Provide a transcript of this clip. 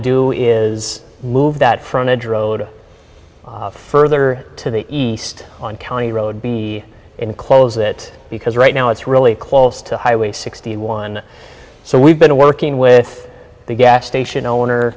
do is move that frontage road further to the east on county road be and close it because right now it's really close to highway sixty one so we've been working with the gas station owner